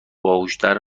باهوشتر